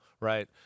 right